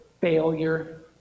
failure